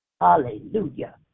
Hallelujah